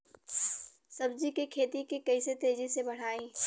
सब्जी के खेती के कइसे तेजी से बढ़ाई?